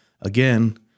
again